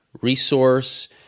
resource